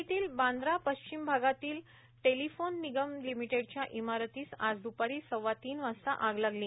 मुंबईतल्या बांदा पश्चिम भागातील टेलिफोन निगम लिमिटेडच्या इमारतीस आज दुपारी सव्वातीन वाजता आग लागली